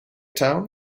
town